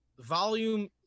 volume